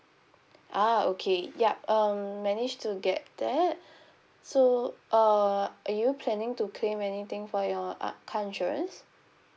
ah okay yup um managed to get that so uh are you planning to claim anything for your uh car insurance